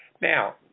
Now